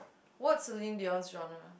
what Celine-Dion's genre